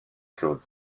claude